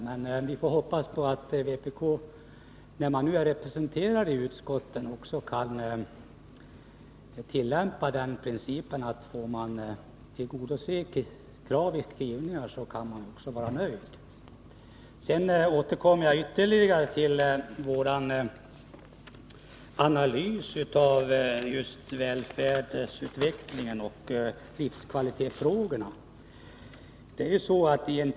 Men vi får hoppas att vpk, när det nu är representerat i utskotten, också kan tillämpa principen att om krav tillgodoses i utskottens skrivningar, så kan man vara nöjd. Jag återkommer sedan ytterligare till vår analys av just välfärdsutvecklingen och livskvalitetfrågorna.